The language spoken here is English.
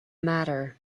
matter